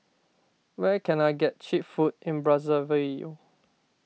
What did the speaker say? where can I get Cheap Food in Brazzaville